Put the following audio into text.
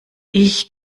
ich